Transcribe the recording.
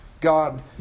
God